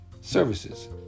services